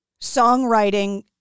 songwriting